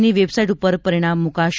ની વેબસાઇટ ઉપર પરિણામ મુકાશે